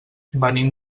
venim